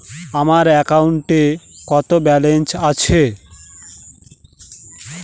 আমার অ্যাকাউন্টে কত ব্যালেন্স আছে?